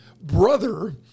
brother